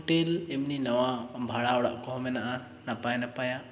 hotel ᱤᱢᱱᱤ ᱱᱟᱣᱟ ᱵᱷᱟᱲᱟ ᱚᱲᱟᱜ ᱠᱚ ᱦᱚᱸ ᱢᱮᱱᱟᱜᱼᱟ ᱱᱟᱯᱟᱭ ᱱᱟᱯᱟᱭᱟ